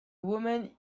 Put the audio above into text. woman